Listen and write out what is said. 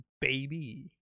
baby